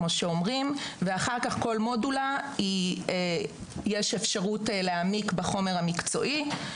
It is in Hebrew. אחר כך כל מודולה יש אפשרות להעמיק בחומר המקצועי.